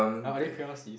are are they P_R_Cs